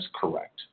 correct